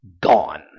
gone